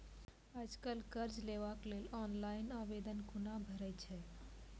आज कल कर्ज लेवाक लेल ऑनलाइन आवेदन कूना भरै छै?